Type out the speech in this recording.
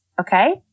Okay